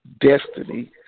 Destiny